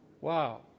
Wow